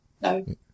no